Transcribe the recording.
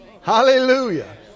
Hallelujah